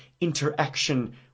interaction